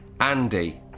Andy